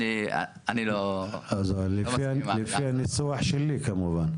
אני לא מסכים עם ההגדרה הזאת.